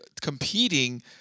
competing